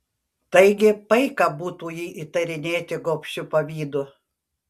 taigi paika būtų jį įtarinėti gobšiu pavydu